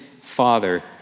Father